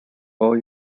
all